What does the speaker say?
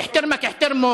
טפל בעניינים שלך בעצמך.